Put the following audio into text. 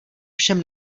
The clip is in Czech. všem